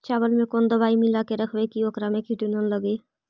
चावल में कोन दबाइ मिला के रखबै कि ओकरा में किड़ी ल लगे?